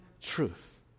truth